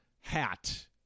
hat